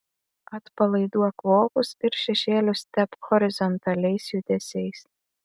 atpalaiduok vokus ir šešėlius tepk horizontaliais judesiais